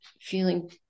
feeling